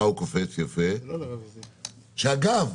שאגב,